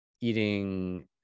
eating